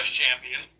champion